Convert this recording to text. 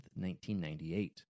1998